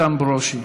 איתן ברושי.